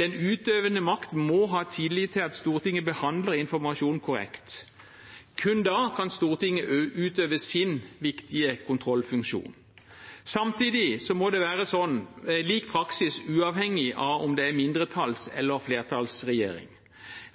Den utøvende makt må ha tillit til at Stortinget behandler informasjon korrekt. Kun da kan Stortinget utøve sin viktige kontrollfunksjon. Samtidig må det være lik praksis uavhengig av om det er mindretalls- eller flertallsregjering.